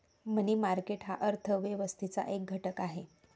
मनी market हा अर्थ व्यवस्थेचा एक घटक आहे